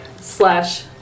Slash